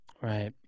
Right